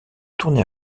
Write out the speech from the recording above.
tournée